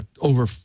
over